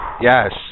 yes